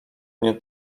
nie